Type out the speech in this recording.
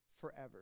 forever